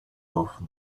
off